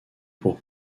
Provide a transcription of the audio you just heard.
pour